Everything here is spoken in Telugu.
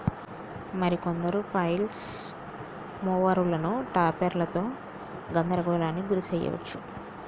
మరి కొందరు ఫ్లైల్ మోవరులను టాపెర్లతో గందరగోళానికి గురి శెయ్యవచ్చు